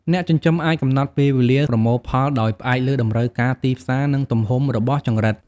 អ្នកចិញ្ចឹមអាចកំណត់ពេលវេលាប្រមូលផលដោយផ្អែកលើតម្រូវការទីផ្សារ និងទំហំរបស់ចង្រិត។